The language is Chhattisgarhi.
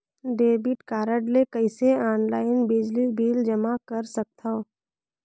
डेबिट कारड ले कइसे ऑनलाइन बिजली बिल जमा कर सकथव?